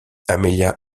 amelia